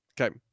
Okay